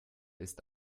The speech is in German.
ist